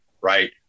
Right